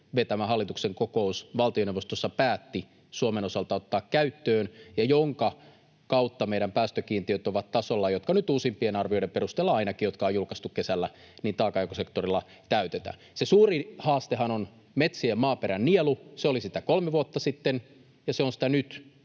vetämän hallituksen kokous valtioneuvostossa päätti Suomen osalta ottaa käyttöön ja jonka kautta meidän päästökiintiöt ovat tasolla, joka nyt uusimpien arvioiden perusteella ainakin, jotka on julkaistu kesällä, taakanjakosektorilla täytetään. Se suurin haastehan on metsien maaperän nielu. Se oli haaste kolme vuotta sitten, ja se on sitä nyt,